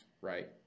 right